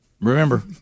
Remember